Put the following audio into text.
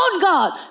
God